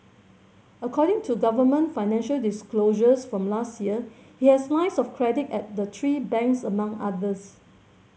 according to government financial disclosures from last year he has lines of credit at the three banks among others